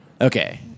Okay